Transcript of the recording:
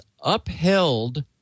upheld